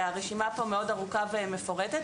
והרשימה פה מאוד ארוכה ומפורטת.